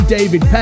David